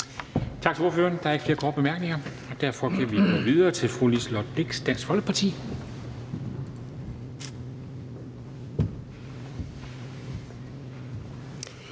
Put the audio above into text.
Tak til ordføreren. Der er ikke flere korte bemærkninger, og derfor kan vi gå videre til fru Liselott Blixt, Dansk Folkeparti.